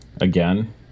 again